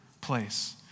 place